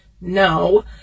no